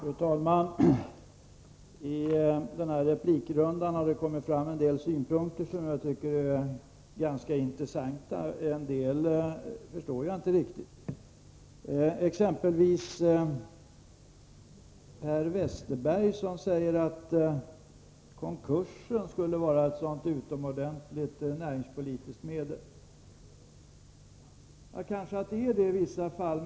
Fru talman! I denna replikrunda har det kommit fram en del synpunkter som jag tycker är ganska intressanta, men en del förstår jag inte riktigt. Per Westerberg säger exempelvis att konkursen skulle vara ett utomordentligt näringspolitiskt medel. Den kanske är det i vissa fall.